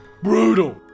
brutal